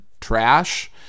Trash